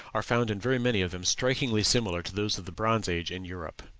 are found in very many of them strikingly similar to those of the bronze age in europe.